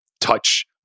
touch